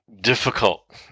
difficult